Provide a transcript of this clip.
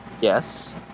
yes